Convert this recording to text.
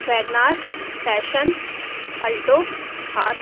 WagonR passion alto Thar